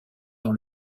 dans